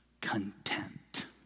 content